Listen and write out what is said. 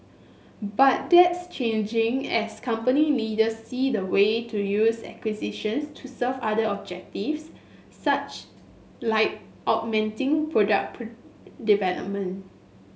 but that's changing as company leaders see the way to use acquisitions to serve other objectives such like augmenting product development